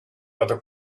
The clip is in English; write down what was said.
other